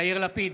יאיר לפיד,